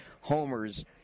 homers